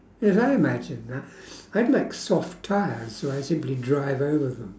as I imagine ya I'd like soft tyres where I simply drive over from